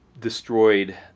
destroyed